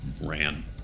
ran